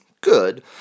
good